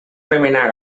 remenar